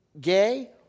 gay